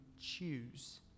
choose